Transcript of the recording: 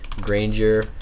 Granger